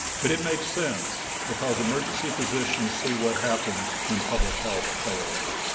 but it makes sense because emergency physicians see what happens when public health fails.